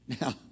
Now